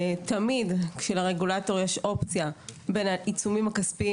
תמיד כשלרגולטור יש אופציה בין העיצומים הכספיים